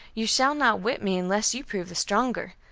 you shall not whip me unless you prove the stronger.